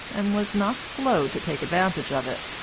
and was not slow to take advantage of it.